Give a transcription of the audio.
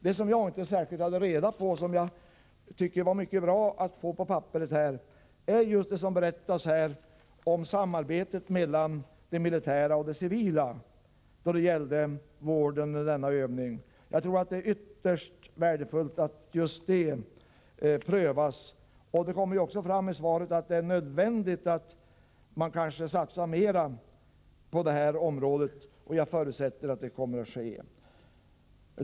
Det som jag inte hade reda på och som jag tycker var mycket bra att få på papper var just det som berättas om samarbetet mellan det militära och det civila då det gällde vårdmomentet i övningen. Jag tror att det är ytterst värdefullt att just detta prövas. Det kommer också fram i svaret att det är nödvändigt att man satsar mer på det här området, och jag förutsätter att det kommer att ske.